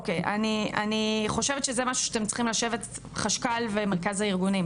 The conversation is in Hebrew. אני חושבת שזה משהו שאתם צריכים לשבת עליו החשב הכללי ומרכז הארגונים,